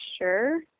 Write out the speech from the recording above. Sure